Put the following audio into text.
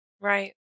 Right